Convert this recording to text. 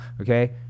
okay